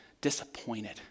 disappointed